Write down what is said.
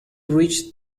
reached